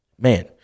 Man